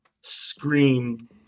scream